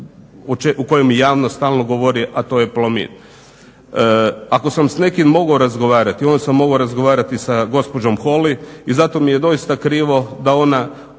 o kojem javnost stalno govori, a to je Plomin. Ako sam s mogao razgovarati, onda sam mogao razgovarati s gospođom Holly i zato mi je doista krivo da onda